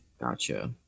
gotcha